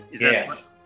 Yes